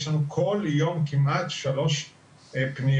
יש לנו כל יום כמעט שלוש פניות.